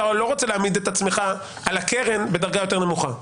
לא רוצה להעמיד את עצמך על הקרן בדרגה יותר נמוכה.